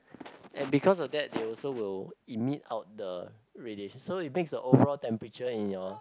and because of that they also will emit out the radiation so it makes the overall temperature in your